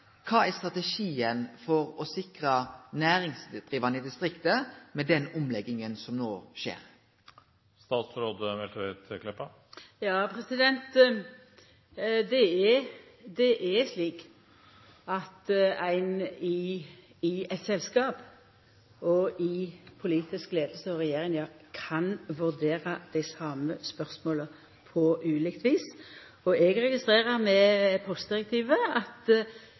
Kva er strategien for å sikre næringsdrivande i distrikta med den omlegginga som no skjer? Det er slik at ein i eit selskap og i den politiske leiinga og regjeringa kan vurdera dei same spørsmåla på ulikt vis. Eg registrerer med omsyn til postdirektivet at